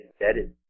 embedded